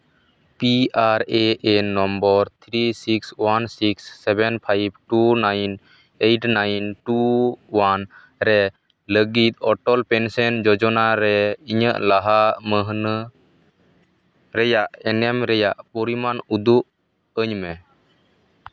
P R N N number three six one six seven five two nine eight nine two one ᱨᱮ ᱞᱟᱹᱜᱤᱫ ᱚᱴᱚᱞ pension ᱡᱳᱡᱚᱱᱟ ᱨᱮ ᱤᱧᱟᱹᱜ ᱞᱟᱦᱟ ᱢᱟᱹᱱᱦᱟᱹ ᱨᱮᱭᱟᱜ ᱮᱱᱮᱢ ᱨᱮᱭᱟᱜ ᱯᱚᱨᱤᱢᱟᱱ ᱩᱫᱩᱜ ᱟᱹᱧ ᱢᱮ